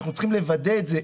אנחנו צריכים לוודא את זה,